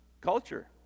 culture